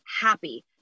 happy